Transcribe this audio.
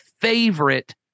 favorite